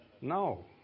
No